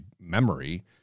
memory